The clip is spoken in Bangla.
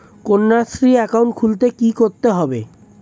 কন্যাশ্রী একাউন্ট খুলতে কী করতে হবে?